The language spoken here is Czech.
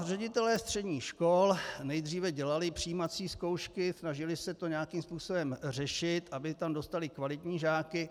Ředitelé středních škol nejdříve dělali přijímací zkoušky, snažili se to nějakým způsobem řešit, aby tam dostali kvalitní žáky.